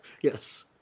Yes